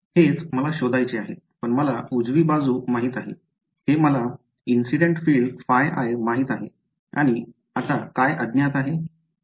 हेच मला शोधायचे आहे पण मला उजवी बाजू माहित आहे हे मला इंसिडेन्ट फील्ड ϕi माहित आहे आणि आता काय अज्ञात आहे